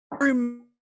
remember